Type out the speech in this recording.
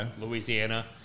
Louisiana